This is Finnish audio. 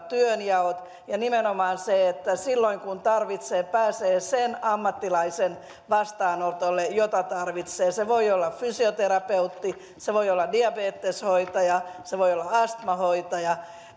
työnjaot ja että nimenomaan silloin kun tarvitsee pääsee sen ammattilaisen vastaanotolle jota tarvitsee se voi olla fysioterapeutti se voi olla diabeteshoitaja se voi olla astmahoitaja